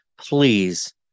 Please